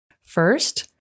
First